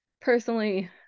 Personally